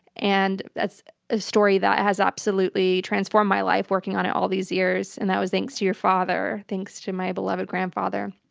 and that's a story that has absolutely transformed my life working on it all these years. and that was thanks to your father, thanks to my beloved grandfather.